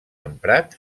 emprat